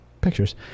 pictures